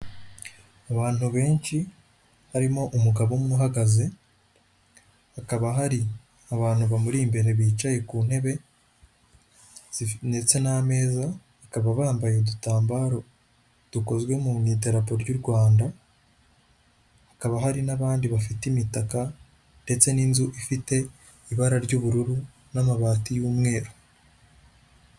Abantu benshi harimo umugabo umwe uhagaze hakaba hari abantu bamuri imbere bicaye ku ntebe ndetse n'ameza, bakaba bambaye udutambaro dukozwe mudato ry'u Rwanda, hakaba hari n'abandi bafite imitaka ndetse n'inzu ifite ibara ry'ubururu n'amabati y'umweru.